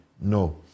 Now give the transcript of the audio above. no